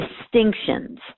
distinctions